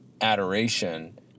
adoration